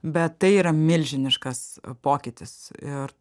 bet tai yra milžiniškas pokytis ir